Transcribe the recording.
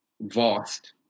vast